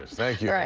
thank yeah